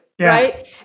right